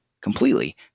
completely